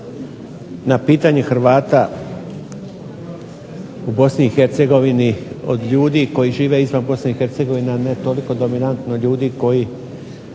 na pitanje Hrvata u BiH od ljudi koji žive izvan BiH, a ne toliko dominantno ljudi koji